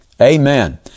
Amen